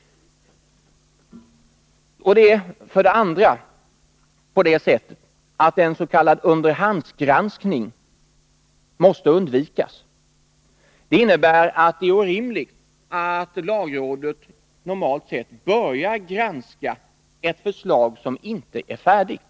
För det andra: S. k. underhandsgranskning måste undvikas. Det innebär att det är orimligt att lagrådet normalt sett börjar granska ett förslag som inte är färdigt.